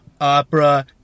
opera